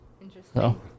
Interesting